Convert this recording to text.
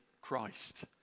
Christ